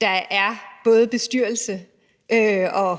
der er både bestyrelse og